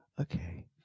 Okay